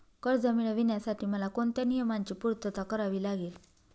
कर्ज मिळविण्यासाठी मला कोणत्या नियमांची पूर्तता करावी लागेल?